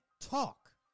talk